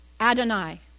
Adonai